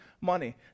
money